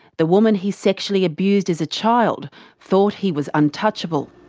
the woman he sexually abused as a child thought he was untouchable.